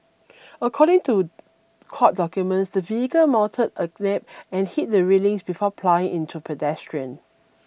according to court documents the vehicle mounted a and hit the railings before ploughing into pedestrian